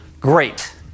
great